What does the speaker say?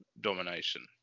domination